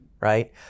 Right